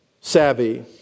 savvy